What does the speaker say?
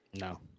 no